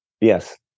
Yes